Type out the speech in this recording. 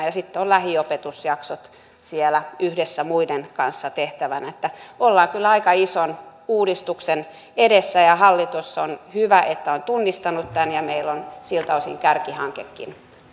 ja sitten olisivat lähiopetusjaksot siellä yhdessä muiden kanssa tehtävänä ollaan kyllä aika ison uudistuksen edessä ja on hyvä että hallitus on tunnistanut tämän ja meillä on siltä osin kärkihankekin